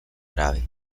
grave